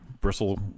bristle